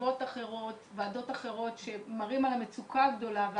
מישיבות אחרות ומוועדות אחרות שמראות על המצוקה הגדולה.